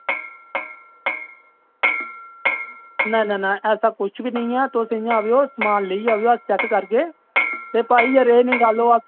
ना ना ऐसा कुछ बी नेईं ऐ तुस इ'यां आवेओ समान लेई जाएओ अस चेक करगे ते भाई जेकर एह् नेही गल्ल होग